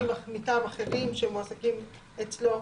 עובדים מטעם אחרים שמועסקים אצלו.